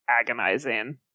Agonizing